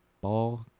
ball